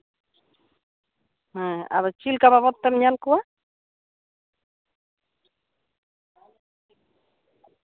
ᱦᱮᱸ ᱟᱫᱚ ᱪᱮᱫᱞᱮᱠᱟ ᱵᱟᱵᱚᱫ ᱛᱮᱢ ᱧᱮᱞ ᱠᱚᱣᱟ